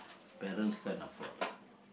parents can afford lah